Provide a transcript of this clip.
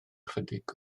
ychydig